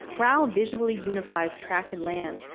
rao visually unifies track and land,